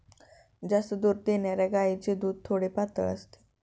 जास्त दूध देणाऱ्या गायीचे दूध थोडे पातळ असते